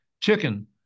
Chicken